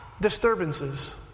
disturbances